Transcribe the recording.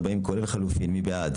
מי בעד